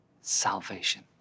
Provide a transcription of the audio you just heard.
salvation